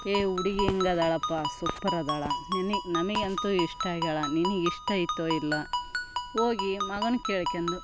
ಏ ಹುಡುಗಿ ಹಿಂಗಿದಾಳಪ್ಪ ಸುಪ್ಪರ್ ಅದಾಳ ನಿನಗ್ ನಮಿಗಂತು ಇಷ್ಟ ಆಗ್ಯಾಳ ನಿನಗ್ ಇಷ್ಟ ಐತೋ ಇಲ್ಲೋ ಹೋಗಿ ಮಗನ ಕೇಳ್ಕೆಂಡು